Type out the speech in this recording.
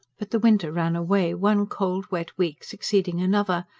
but the winter ran away, one cold, wet week succeeding another,